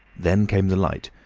then came the light,